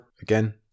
again